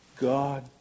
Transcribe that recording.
God